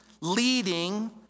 leading